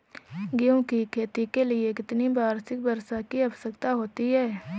गेहूँ की खेती के लिए कितनी वार्षिक वर्षा की आवश्यकता होती है?